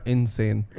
Insane